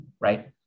Right